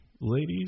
ladies